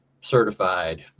certified